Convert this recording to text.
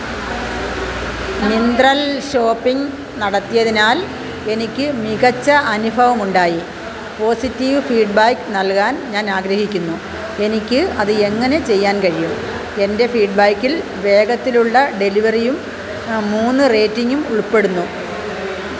മിന്ത്രൽ shopping നടത്തിയതിനാൽ എനിക്ക് മികച്ച അനുഭവമുണ്ടായി പോസിറ്റീവ് ഫീഡ് ബാക്ക് നൽകാൻ ഞാൻ ആഗ്രഹിക്കുന്നു എനിക്ക് അത് എങ്ങനെ ചെയ്യാൻ കഴിയും എൻ്റെ ഫീഡ് ബാക്കിൽ വേഗത്തിലുള്ള ഡെലിവറിയും മൂന്ന് റേറ്റിംഗും ഉൾപ്പെടുന്നു